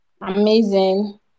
Amazing